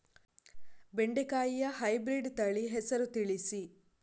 ಬೆಂಡೆಕಾಯಿಯ ಹೈಬ್ರಿಡ್ ತಳಿ ಹೆಸರು ತಿಳಿಸಿ?